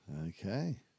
Okay